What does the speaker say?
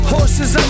Horses